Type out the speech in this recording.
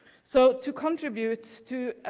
so to contribute to